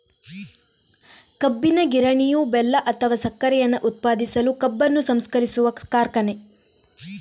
ಕಬ್ಬಿನ ಗಿರಣಿಯು ಬೆಲ್ಲ ಅಥವಾ ಸಕ್ಕರೆಯನ್ನ ಉತ್ಪಾದಿಸಲು ಕಬ್ಬನ್ನು ಸಂಸ್ಕರಿಸುವ ಕಾರ್ಖಾನೆ